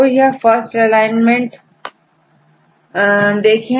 तो यदि first alignment देखें